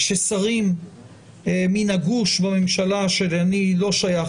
שבהם שרים מן הגוש בממשלה שאני לא שייך